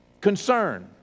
concern